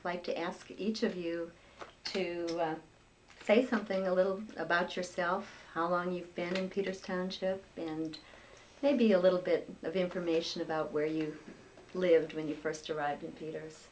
like to ask each of you to say something a little about yourself how long you've been in peter's township and maybe a little bit of information about where you lived when you first arrived in peters